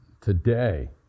today